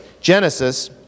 Genesis